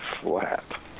flat